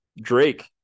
Drake